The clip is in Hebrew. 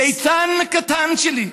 "ליצן קטן שלי,